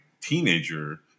teenager